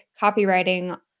copywriting